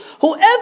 whoever